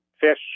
fish